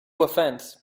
offense